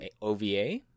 OVA